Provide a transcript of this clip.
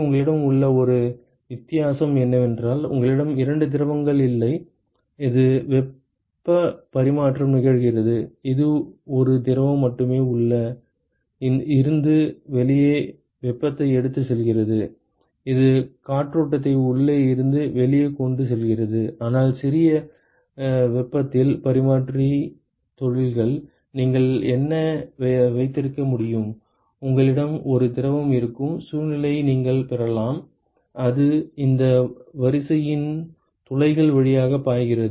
உங்களிடம் உள்ள ஒரே வித்தியாசம் என்னவென்றால் உங்களிடம் இரண்டு திரவங்கள் இல்லை அது வெப்பப் பரிமாற்றம் நிகழ்கிறது இது ஒரு திரவம் மட்டுமே உள்ளே இருந்து வெளியே வெப்பத்தை எடுத்துச் செல்கிறது இது காற்றோட்டத்தை உள்ளே இருந்து வெளியே கொண்டு செல்கிறது ஆனால் சிறிய வெப்பத்தில் பரிமாற்றத் தொழில்கள் நீங்கள் என்ன வைத்திருக்க முடியும் உங்களிடம் ஒரு திரவம் இருக்கும் சூழ்நிலையை நீங்கள் பெறலாம் அது இந்த வரிசையின் துளைகள் வழியாக பாய்கிறது